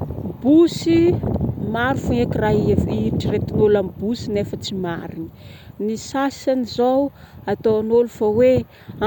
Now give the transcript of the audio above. Bosy, maro fogna eky raha evy eritriretin'olo nefa tsy marigny ny sasany zao ataon'olo fa hoe